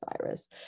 virus